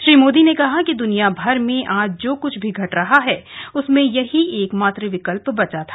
श्री मोदी ने कहा कि दुनिया भर में आज जो कुछ भी घट रहा है उसमें यही एकमात्र विकल्प बचा था